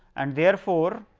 and therefore,